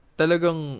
talagang